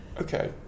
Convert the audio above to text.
Okay